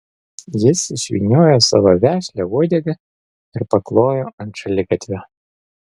jis išvyniojo savo vešlią uodegą ir paklojo ant šaligatvio